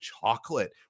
chocolate